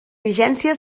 vigència